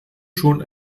schon